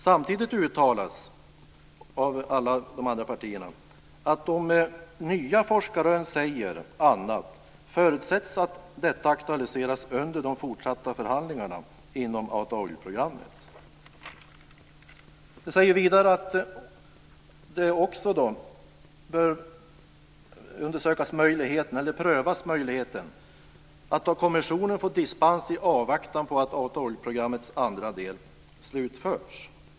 Samtidigt uttalas av alla de andra partierna att om nya forskarrön säger annat förutsätts det att detta aktualiseras under de fortsatta förhandlingarna inom De säger vidare att möjligheten bör prövas att av kommissionen få dispens i avvaktan på att Auto/oilprogrammets andra del slutförs.